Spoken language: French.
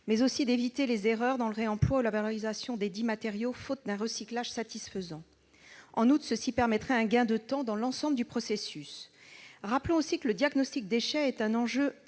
mais aussi d'éviter les erreurs dans le réemploi ou la valorisation desdits matériaux faute d'un recyclage satisfaisant. En outre, cela permettrait un gain de temps dans l'ensemble du processus. Rappelons que le diagnostic « déchets » est un enjeu important